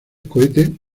cohete